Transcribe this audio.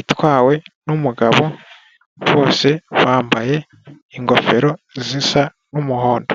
itwawe n'umugabo uhetseho umugore, bose bambaye ingofero zisa nk'umuhondo.